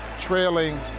trailing